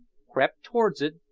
crept towards it,